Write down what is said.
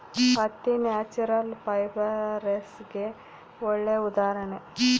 ಹತ್ತಿ ನ್ಯಾಚುರಲ್ ಫೈಬರ್ಸ್ಗೆಗೆ ಒಳ್ಳೆ ಉದಾಹರಣೆ